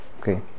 Okay